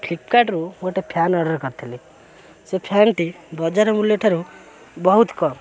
ଫ୍ଲିପକାର୍ଟରୁ ଗୋଟେ fan order କରିଥିଲି ସେ ଫ୍ୟାନ୍ଟି ବଜାର ମୂଲ୍ୟଠାରୁ ବହୁତ କମ୍